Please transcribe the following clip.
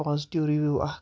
positive review اَکھ